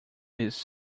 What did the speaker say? his